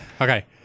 Okay